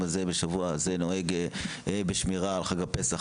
הזה בשבוע הזה נוהג בשמירה על חג הפסח,